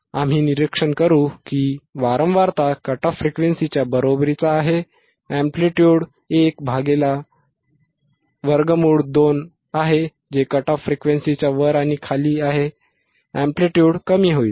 आम्ही निरीक्षण करू की वारंवारता कट ऑफ फ्रिक्वेन्सीच्या बरोबरीची आहे एंप्लिट्युड A√2 आहे जे कट ऑफ फ्रिक्वेन्सीच्या वर आणि खाली आहे एंप्लिट्युड कमी होईल